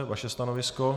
Vaše stanovisko?